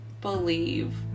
believe